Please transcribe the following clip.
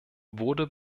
wurde